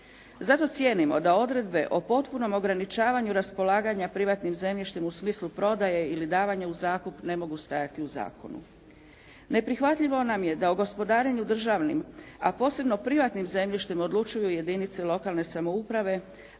Zato cijenimo da odredbe o potpunom ograničavanju raspolaganja privatnim zemljištem u smislu prodaje ili davanja u zakup ne mogu stajati u zakonu. Neprihvatljivo nam je da u gospodarenju državnim a posebno privatnim zemljištem odlučuju jedinice lokalne samouprave